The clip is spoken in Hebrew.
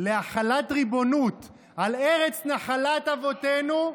להחלת ריבונות על ארץ נחלת אבותינו,